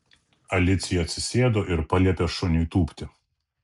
alicija atsisėdo ir paliepė šuniui tūpti